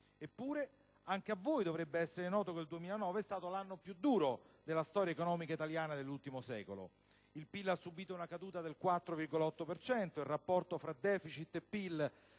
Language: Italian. Eppure, anche a voi dovrebbe essere noto che il 2009 è stato l'anno più duro della storia economica italiana dell'ultimo secolo: il PIL ha subito una caduta del 4,8 per cento, il rapporto fra *deficit* e PIL